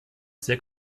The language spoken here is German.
sehr